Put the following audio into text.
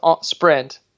sprint